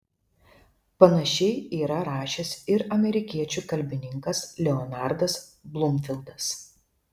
panašiai yra rašęs ir amerikiečių kalbininkas leonardas blumfildas